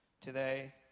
today